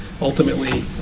ultimately